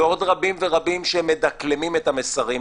ועוד רבים שמדקלמים את המסרים,